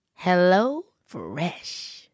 HelloFresh